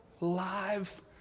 live